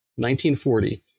1940